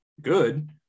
good